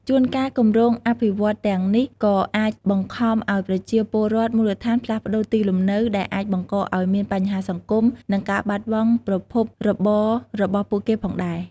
ជួនកាល គម្រោងអភិវឌ្ឍន៍ទាំងនេះក៏អាចបង្ខំឱ្យប្រជាពលរដ្ឋមូលដ្ឋានផ្លាស់ប្តូរទីលំនៅ ដែលអាចបង្កឱ្យមានបញ្ហាសង្គម និងការបាត់បង់ប្រភពរបររបស់ពួកគេផងដែរ។